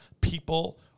people